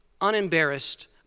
unembarrassed